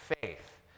faith